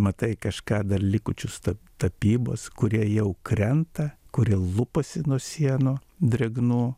matai kažką dar likučius tarp tapybos kurie jau krenta kurie lupasi nuo sienų drėgnų